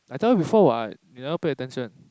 I told you before what you never pay attention